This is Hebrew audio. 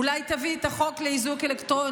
אולי היא תביא את החוק לאיזוק אלקטרוני,